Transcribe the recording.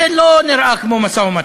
זה לא נראה כמו משא-ומתן,